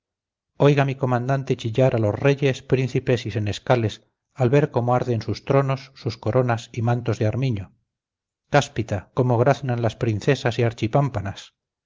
oiga mi comandante chillar a los reyes príncipes y senescales al ver cómo arden sus tronos sus coronas y mantos de armiño cáspita cómo graznan las princesas y archipámpanas voy